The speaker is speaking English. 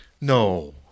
No